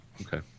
Okay